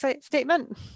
statement